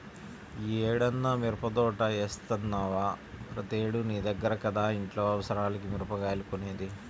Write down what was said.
యీ ఏడన్నా మిరపదోట యేత్తన్నవా, ప్రతేడూ నీ దగ్గర కదా ఇంట్లో అవసరాలకి మిరగాయలు కొనేది